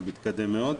אבל זה מתקדם מאוד.